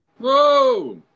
Whoa